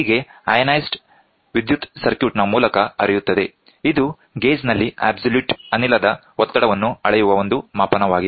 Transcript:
ಹೀಗೆ ಅಯಾನೈಸ್ಡ್ ವಿದ್ಯುತ್ ಸರ್ಕ್ಯೂಟ್ನ ಮೂಲಕ ಹರಿಯುತ್ತದೆ ಇದು ಗೇಜ್ ನಲ್ಲಿ ಅಬ್ಸಲ್ಯೂಟ್ ಅನಿಲದ ಒತ್ತಡವನ್ನು ಅಳೆಯುವ ಒಂದು ಮಾಪನವಾಗಿದೆ